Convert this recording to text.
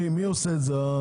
מי עושה את זה?